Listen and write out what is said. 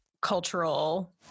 cultural